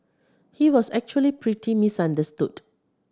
he was actually pretty misunderstood